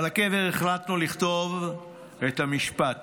"על הקבר החלטנו לכתוב את המשפט: